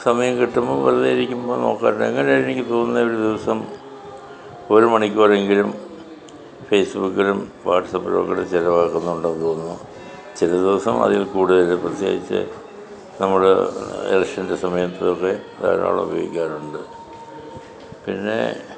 സമയം കിട്ടുമ്പോൾ വെറുതെ ഇരിക്കുമ്പോൾ നോക്കാറുണ്ട് അങ്ങനെയാണ് എനിക്ക് തോന്നുന്നത് ഒരു ദിവസം ഒരു മണിക്കൂറെങ്കിലും ഫേസ്ബുക്കിലും വാട്സാപ്പിലും കൂടെ ചെലവാക്കുന്നുണ്ടെന്നു തോന്നുന്നു ചില ദിവസം അതിൽകൂടുതലും പ്രത്യേകിച്ച് നമ്മുടെ ഇലക്ഷൻ്റെ സമയത്തൊക്കെ ധാരാളം ഉപയോഗിക്കാറുണ്ട് പിന്നേ